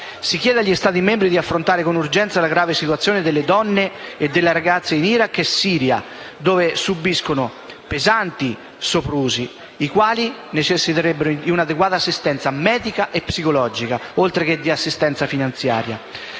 Si chiede agli Stati membri di affrontare con urgenza la grave situazione delle donne e delle ragazze in Iraq e in Siria, dove subiscono pesanti soprusi i quali necessiterebbero di un'adeguata assistenza medico-psicologica oltre che di assistenza finanziaria.